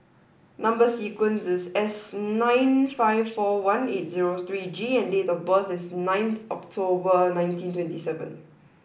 number sequence is S nine five four one eight zero three G and date of birth is ninth October nineteen twenty seven